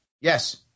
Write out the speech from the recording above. Yes